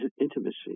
intimacy